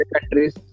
countries